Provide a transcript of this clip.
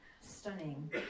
stunning